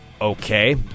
okay